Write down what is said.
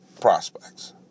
prospects